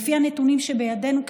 לפי הנתונים שבידינו,